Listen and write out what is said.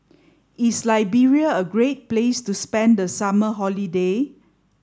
is Liberia a great place to spend the summer holiday